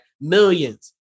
Millions